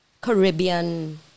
Caribbean